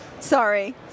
Sorry